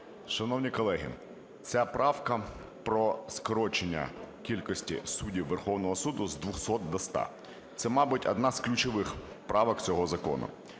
Шановні колеги, ця правка про скорочення кількості суддів Верховного Суду з 200 до 100. Це, мабуть, одна з ключових правок цього закону.